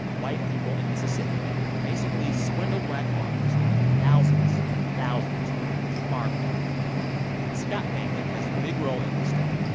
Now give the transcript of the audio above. white people in mississippi basically swindled black farmers out of thousands and thousands of acres of farmland the scott family plays a big role in this story.